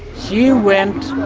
she went